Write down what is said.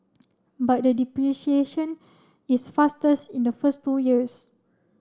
but the depreciation is fastest in the first two years